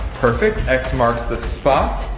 perfect, x marks the spot.